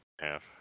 half